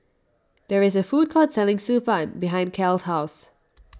there is a food court selling Xi Ban behind Cal's house